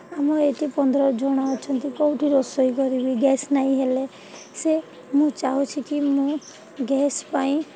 ଆମ ଏଇଠି ପନ୍ଦର ଜଣ ଅଛନ୍ତି କେଉଁଠି ରୋଷେଇ କରିବି ଗ୍ୟାସ୍ ନାଇଁ ହେଲେ ସେ ମୁଁ ଚାହୁଁଛି କି ମୁଁ ଗ୍ୟାସ୍ ପାଇଁ